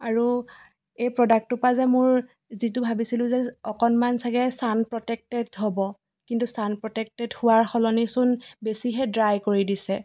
আৰু এই প্ৰডাক্টটো পৰা যে মোৰ যিটো ভাবিছিলো যে অকণমান চাগে ছান প্ৰটেক্টেড হ'ব কিন্তু ছান প্ৰটেক্টেড হোৱাৰ সলনিচোন বেছিহে ড্ৰাই কৰি দিছে